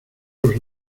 los